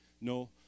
no